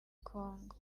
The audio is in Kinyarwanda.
congo